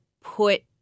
put